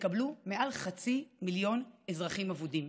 ותקבלו מעל חצי מיליון אזרחים אבודים.